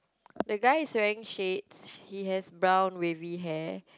the guy is wearing shades he has brown wavy hair